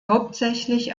hauptsächlich